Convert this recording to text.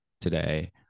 today